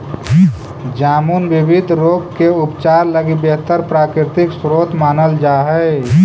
जामुन विविध रोग के उपचार लगी बेहतर प्राकृतिक स्रोत मानल जा हइ